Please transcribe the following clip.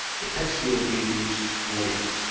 the text field we use later,